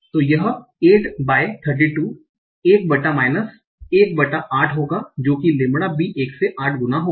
तो यह 8 बाई 32 1 बटा 4 माइनस 1 बटा 8 होगा जो कि लैम्ब्डा बी 1 से 8 गुना होगा